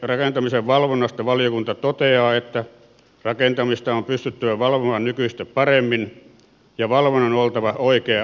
rakentamisen valvonnasta valiokunta toteaa että rakentamista on pystyttävä valvomaan nykyistä paremmin ja valvonnan on oltava oikea aikaista